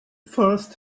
first